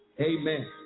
amen